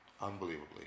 Unbelievably